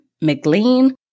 McLean